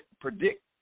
predict